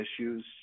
issues